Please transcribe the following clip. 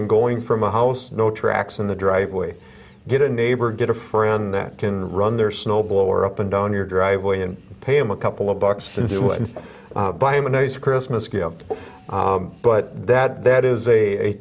and going from a house no tracks in the driveway get a neighbor get a friend that can run their snowblower up and down your driveway and pay him a couple of bucks to do it and buy him a nice christmas gift but that that is a